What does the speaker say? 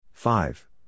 Five